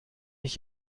ich